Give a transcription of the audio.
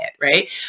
right